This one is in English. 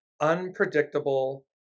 unpredictable